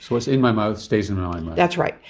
what's in my mouth stays in my that's right.